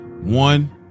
One